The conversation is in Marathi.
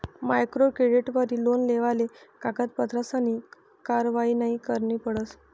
मायक्रो क्रेडिटवरी लोन लेवाले कागदपत्रसनी कारवायी नयी करणी पडस